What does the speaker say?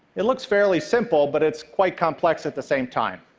it looks fairly simple, but it's quite complex at the same time.